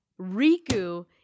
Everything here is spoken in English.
Riku